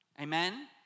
amen